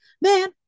man